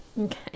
Okay